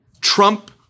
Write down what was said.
Trump